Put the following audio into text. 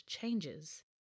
changes